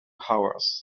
hours